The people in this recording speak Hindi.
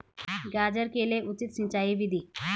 गाजर के लिए उचित सिंचाई विधि?